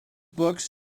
books